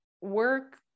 work